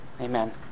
Amen